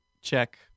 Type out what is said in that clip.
check